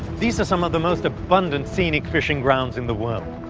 these are some of the most abundant, scenic fishing grounds in the world.